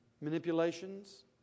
Manipulations